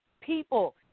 people